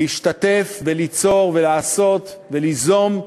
להשתתף, וליצור, ולעשות, וליזום,